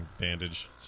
bandage